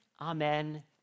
amen